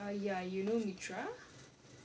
uh ya you know mitra